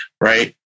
right